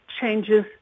changes